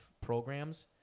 programs